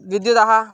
विद्युदः